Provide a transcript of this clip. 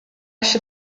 się